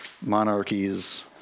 monarchies